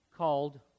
called